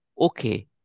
okay